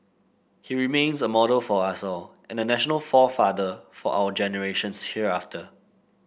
he remains a model for us all and a national forefather for our generations hereafter